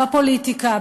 בפוליטיקה,